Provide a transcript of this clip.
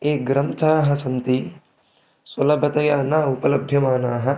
ये ग्रन्थाः सन्ति सुलभतया न उपलभ्यमानाः